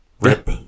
Rip